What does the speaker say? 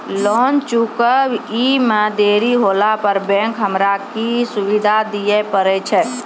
Loan चुकब इ मे देरी होला पर बैंक हमरा की सुविधा दिये पारे छै?